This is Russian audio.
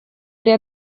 при